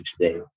today